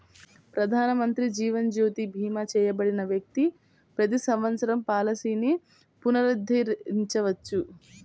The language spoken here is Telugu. ప్రధానమంత్రి జీవన్ జ్యోతి భీమా చేయబడిన వ్యక్తి ప్రతి సంవత్సరం పాలసీని పునరుద్ధరించవచ్చు